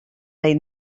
nahi